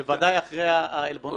בוודאי אחרי העלבונות שהן ספגו.